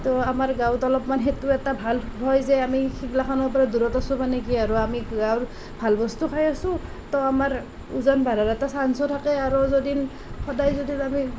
তো আমাৰ গাঁৱত অলপমান সেইটো এটা ভাল হয় যে আমি সেইগিলাখনৰ পৰা দূৰত আছোঁ মানে কি আৰু আমি গাঁৱৰ ভাল বস্তু খাই আছোঁ তো আমাৰ ওজন বঢ়াৰ এটা চাঞ্চো থাকে আৰু যদি সদায় যদি আমি